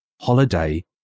Holiday